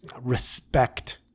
respect